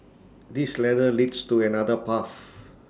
this ladder leads to another path